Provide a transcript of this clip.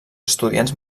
estudiants